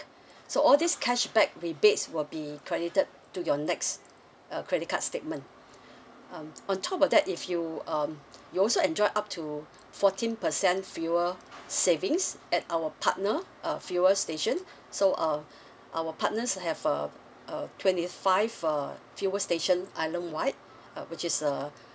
so all these cashback rebates will be credited to your next uh credit card statement um on top of that if you um you also enjoy up to fourteen percent fuel savings at our partner uh fuel station so uh our partners have a a twenty five uh fuel stations island wide uh which is a